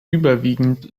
überwiegend